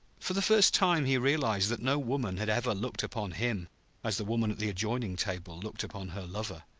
for the first time he realized that no woman had ever looked upon him as the woman at the adjoining table looked upon her lover.